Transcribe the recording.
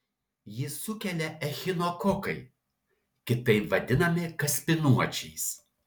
jį sukelia echinokokai kitaip vadinami kaspinuočiais